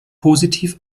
positiv